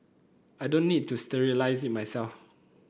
I don't need to sterilise it myself